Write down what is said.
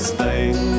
Spain